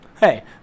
hey